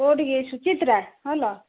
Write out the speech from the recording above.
କେଉଁଠିକି ସୁଚିତ୍ରା ହଲ